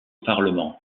parlement